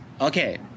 Okay